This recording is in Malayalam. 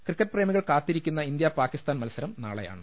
ക്രിക്കറ്റ് പ്രേമികൾ കാത്തിരിക്കുന്ന ഇന്ത്യ പാക്കിസ്ഥാൻ മത്സരം നാളെയാണ്